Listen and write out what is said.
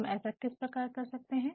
हम ऐसा किस प्रकार कर सकते हैं